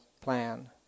plan